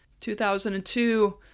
2002